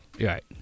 Right